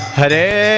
Hare